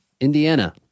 Indiana